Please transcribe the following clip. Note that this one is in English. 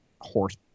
horse